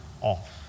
off